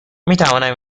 میتوانم